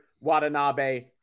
Watanabe